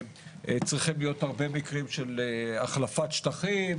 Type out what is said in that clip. וצריכים להיות הרבה מקרים של החלפת שטחים,